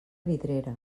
vidreres